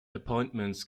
appointments